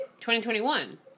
2021